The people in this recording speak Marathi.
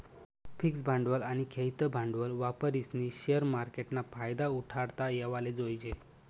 फिक्स भांडवल आनी खेयतं भांडवल वापरीस्नी शेअर मार्केटना फायदा उठाडता येवाले जोयजे